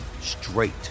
straight